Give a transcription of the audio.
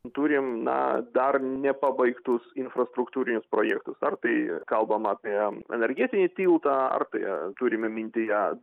turim na dar nepabaigtus infrastruktūrinius projektus ar tai kalbam apie energetinį tiltą ar tai turime mintyje